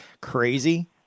crazy